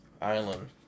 Island